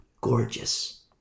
gorgeous